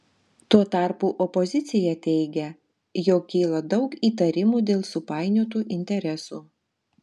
tuo tarpu opozicija teigia jog kyla daug įtarimų dėl supainiotų interesų